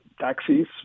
taxis